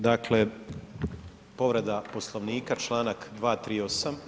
Dakle, povreda Poslovnika, čl. 238.